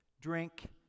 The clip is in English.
drink